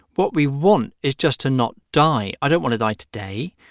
what we want is just to not die. i don't want to die today.